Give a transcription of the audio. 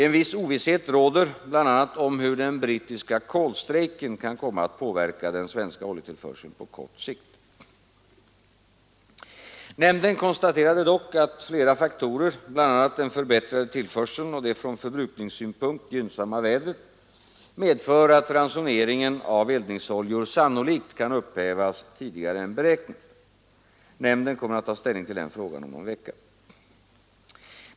En viss osäkerhet råder bl.a. om hur den brittiska kolstrejken kan komma att påverka den svenska oljetillförseln på kort sikt. Nämnden konstaterade dock att flera faktorer, bl.a. den förbättrade tillförseln och det från förbrukningssynpunkt gynnsamma vädret, medför att ransoneringen av eldningsoljor sannolikt kan upphävas tidigare än beräknat. Nämnden kommer att ta ställning till denna fråga om någon vecka.